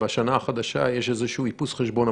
בשנה החדשה יש איזה שהוא איפוס חשבון.